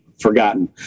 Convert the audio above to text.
forgotten